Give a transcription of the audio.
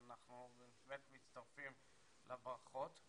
אנחנו באמת מצטרפים לברכות.